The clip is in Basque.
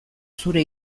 zure